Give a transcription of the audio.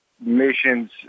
missions